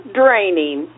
draining